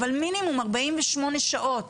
אבל מינימום 48 שעות